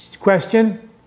question